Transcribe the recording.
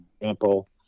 example